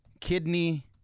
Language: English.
Kidney